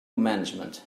management